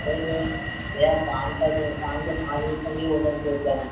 और भैया भैया शाम तक शाम के पाँच बजे तक ही ओडर पहुँच जाना चाहिए